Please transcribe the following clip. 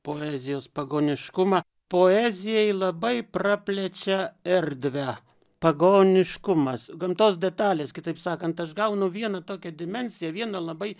poezijos pagoniškumą poezijai labai praplečia erdvę pagoniškumas gamtos detalės kitaip sakant aš gaunu vieną tokią dimensiją vieną labai